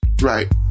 right